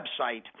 website